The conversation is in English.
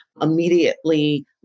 immediately